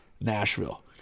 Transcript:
Nashville